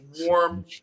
warm